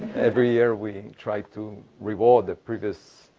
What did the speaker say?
every year we try to reward the previous